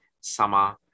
summer